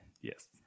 Yes